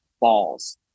balls